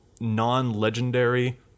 non-legendary